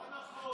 לא נכון.